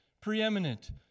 preeminent